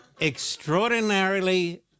extraordinarily